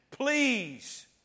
Please